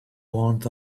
want